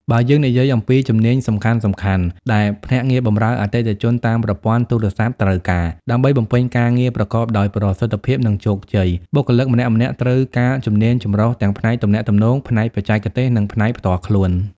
បើយើងនិយាយអំពីជំនាញសំខាន់ៗដែលភ្នាក់ងារបម្រើអតិថិជនតាមប្រព័ន្ធទូរស័ព្ទត្រូវការ ដើម្បីបំពេញការងារប្រកបដោយប្រសិទ្ធភាព និងជោគជ័យ បុគ្គលិកម្នាក់ៗត្រូវការជំនាញចម្រុះទាំងផ្នែកទំនាក់ទំនង ផ្នែកបច្ចេកទេស និងផ្នែកផ្ទាល់ខ្លួន។